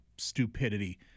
stupidity